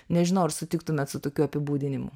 nežinau ar sutiktumėt su tokiu apibūdinimu